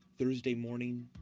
thursday morning,